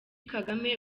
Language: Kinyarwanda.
kagame